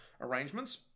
arrangements